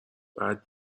بعد